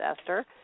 Esther